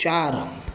चारि